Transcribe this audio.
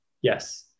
Yes